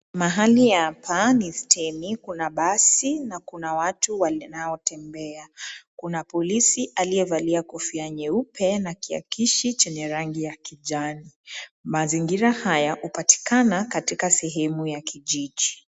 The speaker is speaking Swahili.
Mahali hapa ni steni. Kuna basi na kuna watu wanaotembea. Kuna polisi aliyevalia kofia cheupe na kiakishi chenye rangi ya kijani. Mazingira haya hupatikana katika sehemu ya kijiji.